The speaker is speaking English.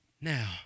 now